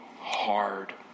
hard